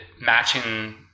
matching